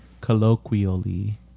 Colloquially